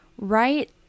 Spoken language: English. right